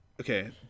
Okay